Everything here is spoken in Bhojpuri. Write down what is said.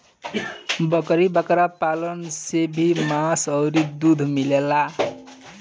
बकरी बकरा पालन से भी मांस अउरी दूध मिलेला